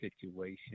situation